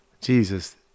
Jesus